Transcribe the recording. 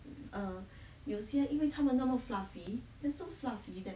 err 有些因为他们那么 fluffy they so fluffy that